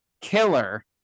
killer